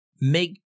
make